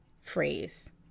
phrase